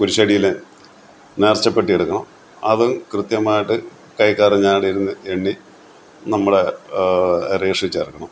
കുരിശടിയില് നേർച്ചപ്പെട്ടിയെടുക്കണം അതും കൃത്യമായിട്ട് ഞ്ഞാലിരുന്ന് എണ്ണി നമ്മള് രെജിസ്റ്ററില് ചേർക്കണം